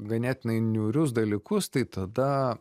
ganėtinai niūrius dalykus tai tada